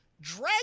Drag